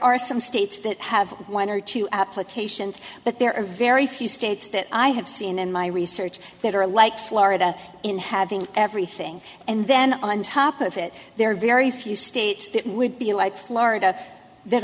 are some states have one or two applications but there are very few states that i have seen in my research that are like florida in having everything and then on top of it there are very few states that would be like florida that